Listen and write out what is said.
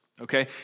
Okay